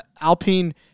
Alpine